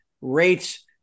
rates